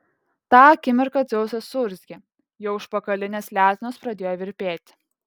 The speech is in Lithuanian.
tą akimirką dzeusas suurzgė jo užpakalinės letenos pradėjo virpėti